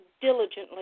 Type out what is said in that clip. diligently